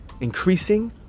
increasing